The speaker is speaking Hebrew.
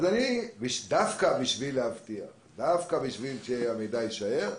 דווקא בשביל להבטיח שהמידע יישאר,